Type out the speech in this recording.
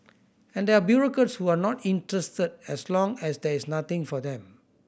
and there are bureaucrats who are not interested as long as there is nothing for them